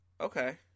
Okay